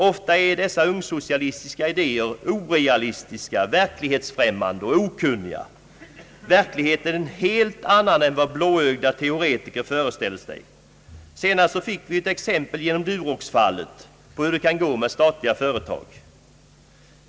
Ofta är dessa ungsocialistiska idéer orealistiska och verklighetsfrämmande samt vittnar om okunnighet. Verkligheten är en helt annan än vad blåögda teoretiker föreställer sig. Senast fick vi ju genom Durox-fallet exempel på hur det kan gå med statliga företag.